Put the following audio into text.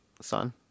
son